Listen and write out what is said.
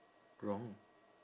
wrong